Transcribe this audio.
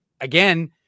again